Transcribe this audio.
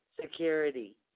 security